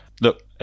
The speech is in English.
look